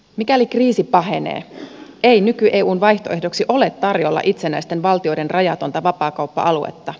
mikäli kriisi pahenee ei nyky eun vaihtoehdoksi ole tarjolla itsenäisten valtioiden rajatonta vapaakauppa aluetta